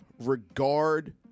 regard